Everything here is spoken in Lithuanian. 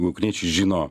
ukrainiečiai žino